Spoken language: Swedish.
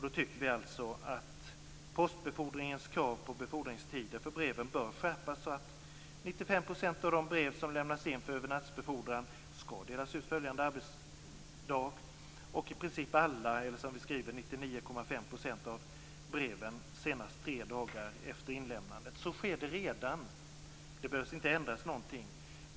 Vi tycker att kravet på befordringstider för breven bör skärpas så att 95 % av de brev som lämnas in för övernattsbefordran skall delas ut följande arbetsdag och att i princip alla eller, som vi skriver, 99,5 % av breven skall delas ut senast tre dagar efter inlämnandet. Så sker redan. Det behövs inte ändras någonting.